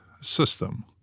system